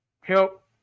help